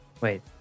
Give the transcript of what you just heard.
Wait